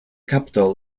capital